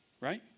right